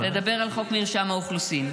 --- לדבר על חוק מרשם האוכלוסין.